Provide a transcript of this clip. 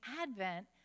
Advent